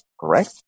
correct